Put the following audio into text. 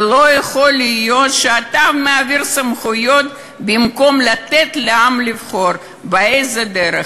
ולא יכול להיות שאתה מעביר סמכויות במקום לתת לעם לבחור באיזו דרך,